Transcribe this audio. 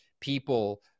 people